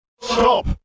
Stop